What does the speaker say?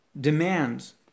demands